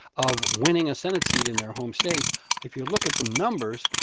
of winning a senate seat in their home state if you look at the numbers,